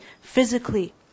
physically